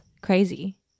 crazy